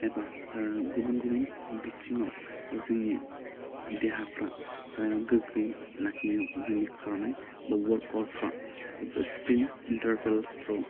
एबा गुबुन गुबुन बिथिङाव जोंनि देहाफ्रा गोग्गोयै लाखिनायाव जोंनि खारनाय बा अवार्कआउटफ्रा स्प्रेइन इन्टारकेल्सफ्राव